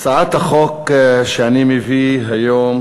הצעת החוק שאני מביא היום